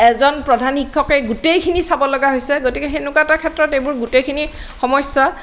এজন প্ৰধান শিক্ষকে গোটেইখিনি চাব লগা হৈছে গতিকে সেনেকুৱা এটা ক্ষেত্ৰত এইবোৰ গোটেইখিনি সমস্যা